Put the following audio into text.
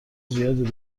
زیادی